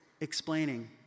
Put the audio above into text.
explaining